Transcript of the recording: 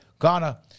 Ghana